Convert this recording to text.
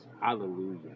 Hallelujah